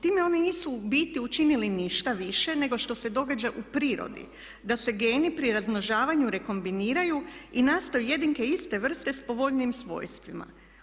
Time su oni, time oni nisu u biti učinili ništa više nego što se događa u prirodi, da se geni pri razmnožavanju rekombiniraju i nastaju jedinke iste vrste s povoljnijim svojstvima.